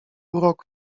urok